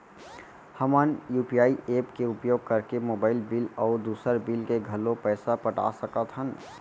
हमन UPI app के उपयोग करके मोबाइल बिल अऊ दुसर बिल के घलो पैसा पटा सकत हन